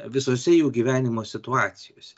visose jų gyvenimo situacijose